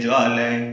Jale